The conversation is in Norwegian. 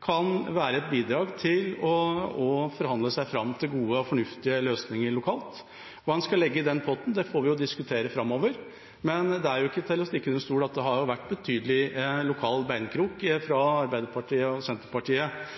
kan bidra til å få framforhandlet gode og fornuftige løsninger lokalt. Hva man skal legge i den potten, får vi jo diskutere framover. Men det er ikke til å stikke under stol at det har vært betydelig lokal beinkrok fra Arbeiderpartiet og Senterpartiet